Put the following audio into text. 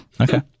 Okay